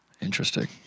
Interesting